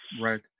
right